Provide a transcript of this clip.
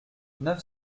neuf